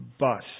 bus